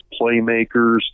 playmakers